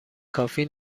کافی